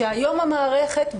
כשהיום המערכת,